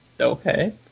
Okay